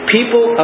People